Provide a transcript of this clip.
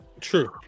True